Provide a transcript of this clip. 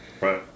Right